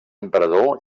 emperador